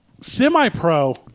Semi-pro